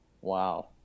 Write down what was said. Wow